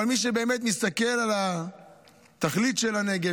אבל מי שבאמת מסתכל על התכלית של הנגב